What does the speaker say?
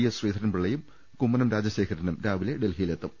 S ശ്രീധരൻപിള്ളയും കുമ്മനം രാജശേഖരനും രാവിലെ ഡൽഹിയിലെത്തും